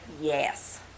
yes